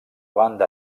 banda